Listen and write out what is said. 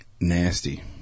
nasty